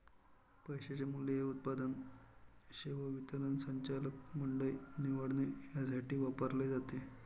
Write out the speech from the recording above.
पैशाचे मूल्य हे उत्पादन, सेवा वितरण, संचालक मंडळ निवडणे यासाठी वापरले जाते